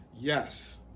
Yes